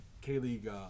K-League